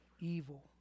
evil